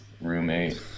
roommate